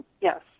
Yes